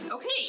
Okay